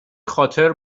خاطر